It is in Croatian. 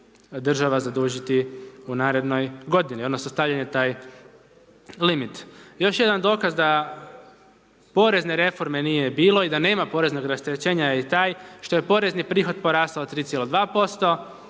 država zadužiti u narednoj godini, odnosno stavljen je taj limit. Još jedan dokaz da porezne reforme nije bilo i da nema poreznog rasterećenja je taj što je porezni prihod porasao 3,2%,